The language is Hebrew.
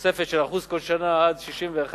תוספת של 1% כל שנה עד 1961,